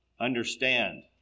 understand